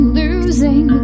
losing